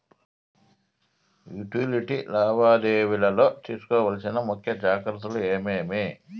Utility లావాదేవీల లో తీసుకోవాల్సిన ముఖ్య జాగ్రత్తలు ఏమేమి?